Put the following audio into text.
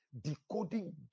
decoding